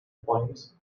points